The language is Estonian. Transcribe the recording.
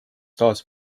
taas